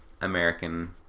American